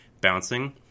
bouncing